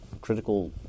critical